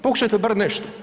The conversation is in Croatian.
Pokušajte bar nešto.